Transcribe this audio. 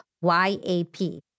Y-A-P